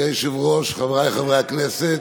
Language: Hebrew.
אדוני היושב-ראש, חברי חברי הכנסת,